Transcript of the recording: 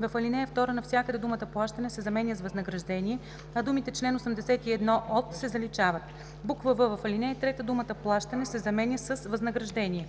в ал. 2 навсякъде думата „плащане“ се заменя с „възнаграждение“, а думите „чл. 81 от“ се заличават; в) в ал. 3 думата „плащане“ се заменя с „възнаграждение“.